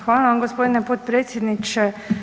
Hvala vam gospodine potpredsjedniče.